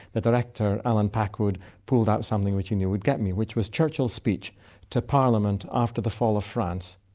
the director allen packwood pulled out something which he knew would get me, me, which was churchill's speech to parliament after the fall of france.